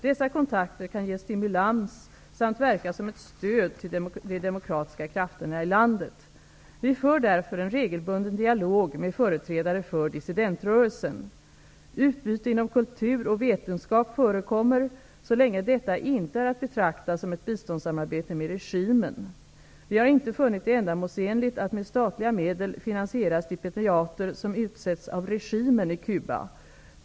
Dessa kontakter kan ge stimulans samt verka som ett stöd till de demokratiska krafterna i landet. Vi för därför en regelbunden dialog med företrädare för dissidentrörelsen. Utbyte inom kultur och vetenskap förekommer, så länge detta inte är att betrakta som ett biståndssamarbete med regimen. Vi har inte funnit det ändamålsenligt att med statliga medel finansiera stipendiater som utsetts av regimen i Cuba.